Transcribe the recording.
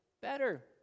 better